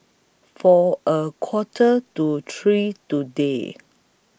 For A Quarter to three today